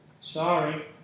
Sorry